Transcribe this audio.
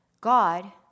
God